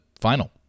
final